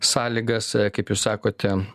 sąlygas kaip jūs sakote